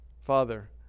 Father